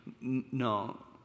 no